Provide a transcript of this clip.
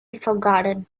forgotten